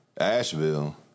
Asheville